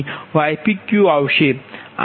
તેથી ypqઆવશે